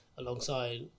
alongside